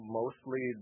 mostly